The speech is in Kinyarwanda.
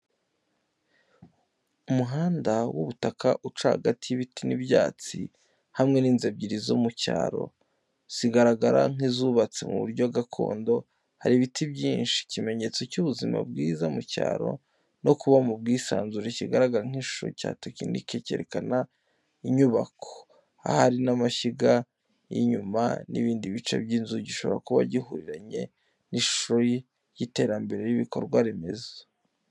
Umuhanda w'ubutaka uca hagati y'ibiti n'ibyatsi, hamwe n'inzu ebyiri zo mu cyaro, zigaragara nk'izubatse mu buryo gakondo. Hari ibiti byinshi, ikimenyetso cy'ubuzima bwiza mu cyaro no kubaho mu bwisanzure. Kigaragara nk’igishushanyo cya tekinike cyerekana inyubako, ahari n’amashyiga y’icyuma n'ibindi bice by’inzu. Gishobora kuba gihuriranye n'ishusho y’iterambere ry’ibikorwa remezo.